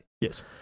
Yes